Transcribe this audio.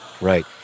right